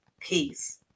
peace